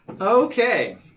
Okay